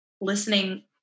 listening